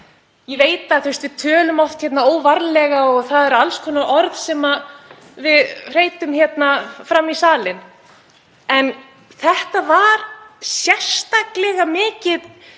ég veit að við tölum oft óvarlega og það eru alls konar orð sem við hreytum fram í salinn en þetta var sérstaklega mikið.